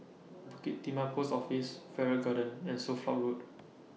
Bukit Timah Post Office Farrer Garden and Suffolk Road